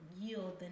yield